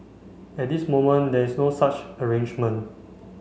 at this moment there is no such arrangement